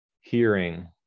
hearing